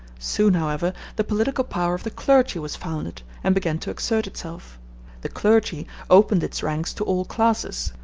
soon, however, the political power of the clergy was founded, and began to exert itself the clergy opened its ranks to all classes,